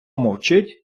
мовчить